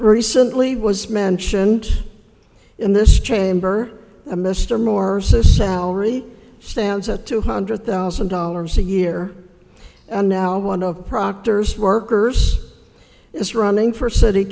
recently was mentioned in this chamber a mr moore's a salary stands at two hundred thousand dollars a year and now one of proctor's workers is running for city